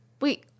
Wait